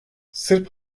sırp